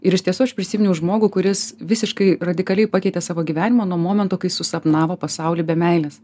ir iš tiesų aš prisiminiau žmogų kuris visiškai radikaliai pakeitė savo gyvenimą nuo momento kai susapnavo pasaulį be meilės